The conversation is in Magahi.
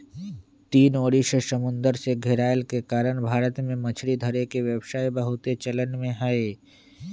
तीन ओरी से समुन्दर से घेरायल के कारण भारत में मछरी धरे के व्यवसाय बहुते चलन में हइ